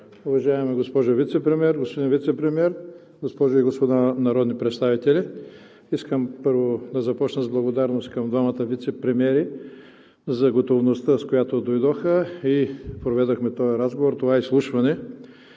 уважаема госпожо Вицепремиер, господин Вицепремиер, госпожи и господа народни представители! Искам първо да започна с благодарност към двамата вицепремиери за готовността, с която дойдоха и проведохме този разговор, това изслушване.